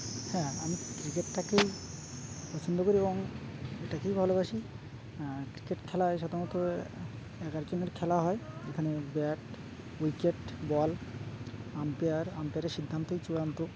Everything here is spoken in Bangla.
হ্যাঁ আমি ক্রিকেটটাকেই পছন্দ করি এবং এটাকেই ভালোবাসি আর ক্রিকেট খেলায় সাধারণত এগারো জনের খেলা হয় এখানে ব্যাট উইকেট বল আম্পায়ার আম্পায়ারের সিদ্ধান্তই চূড়ান্ত